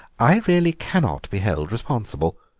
i really cannot be held responsible.